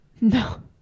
No